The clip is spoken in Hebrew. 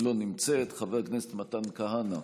לא נמצאת, חבר הכנסת מתן כהנא,